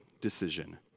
decision